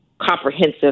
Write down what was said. comprehensive